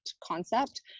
concept